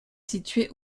situé